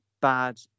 bad